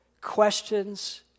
Questions